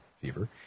fever